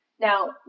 Now